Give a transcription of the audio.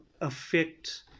affect